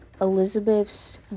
Elizabeth's